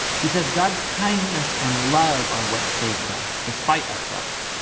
he says god's kindness and love are what saved us, despite ourselves,